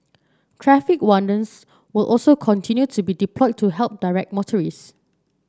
traffic wardens will also continue to be deployed to help direct motorist